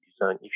design